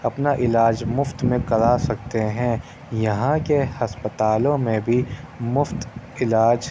اپنا علاج مُفت میں کرا سکتے ہیں یہاں کے ہسپتالوں میں بھی مُفت علاج